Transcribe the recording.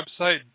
website